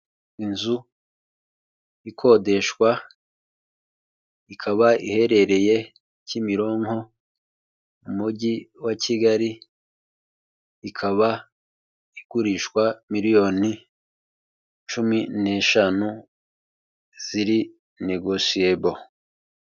Inzu ikodeshwa, ikaba iherereye Kimironko mu mujyi wa Kigali, ikaba igurishwa miliyoni cumi n'eshanu ziri negoshiyebo.